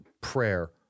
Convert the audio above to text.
prayer